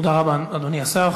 תודה רבה, אדוני השר.